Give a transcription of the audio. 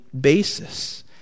basis